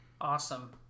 Awesome